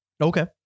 Okay